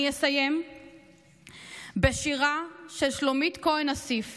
אני אסיים בשירה של שלומית כהן אסיף